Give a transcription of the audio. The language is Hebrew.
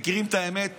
מכירים את האמת.